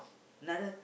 another